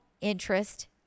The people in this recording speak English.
interest